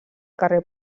carrer